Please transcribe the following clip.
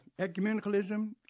ecumenicalism